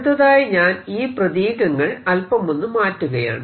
അടുത്തതായി ഞാൻ ഈ പ്രതീകങ്ങൾ അല്പമൊന്നു മാറ്റുകയാണ്